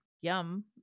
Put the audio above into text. Yum